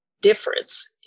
difference